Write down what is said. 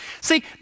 See